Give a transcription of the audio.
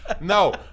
No